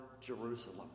Jerusalem